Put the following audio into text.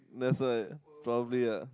that's why probably ah